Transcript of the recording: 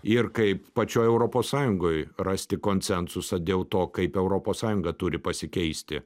ir kaip pačioj europos sąjungoj rasti konsensusą dėl to kaip europos sąjunga turi pasikeisti